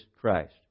Christ